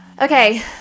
Okay